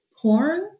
porn